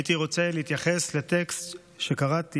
הייתי רוצה להתייחס לטקסט שקראתי,